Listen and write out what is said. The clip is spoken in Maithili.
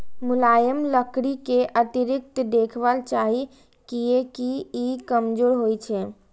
मुलायम लकड़ी कें अतिरिक्त देखभाल चाही, कियैकि ई कमजोर होइ छै